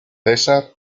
cesar